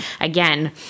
again